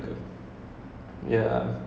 இருக்கு:iruku okay